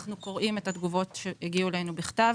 אנחנו קוראים את התגובות שהגיעו אלינו בכתב.